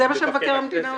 אבל זה מה שמבקר המדינה עושה.